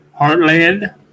Heartland